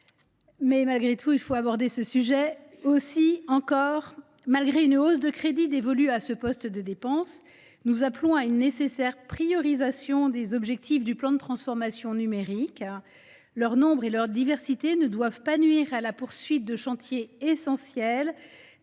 l’impression de me répéter année après année. Malgré une hausse des crédits dévolus à ce poste de dépenses, nous appelons à une nécessaire priorisation des objectifs du plan de transformation numérique. Leur nombre et leur diversité ne doivent pas nuire à la poursuite de chantiers essentiels,